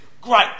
Great